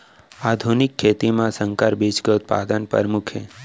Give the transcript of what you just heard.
आधुनिक खेती मा संकर बीज के उत्पादन परमुख हे